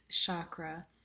chakra